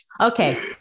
okay